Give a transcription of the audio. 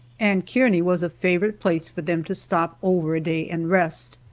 and kearney was a favorite place for them to stop over a day and rest.